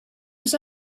was